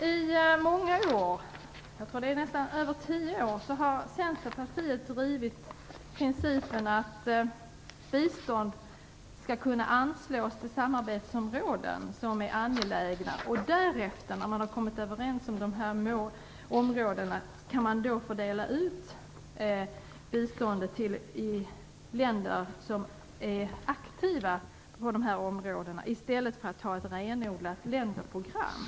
I många år, jag tror att det nästan är över tio år, har Centerpartiet drivit principen att bistånd skall kunna anslås till samarbetsområden som är angelägna. När man därefter har kommit överens om målområdena kan man fördela biståndet till länder som är aktiva på dessa områden i stället för att ha ett renodlat länderprogram.